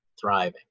thriving